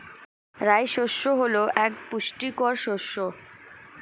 রাই শস্য হল এক পুষ্টিকর শস্য